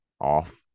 off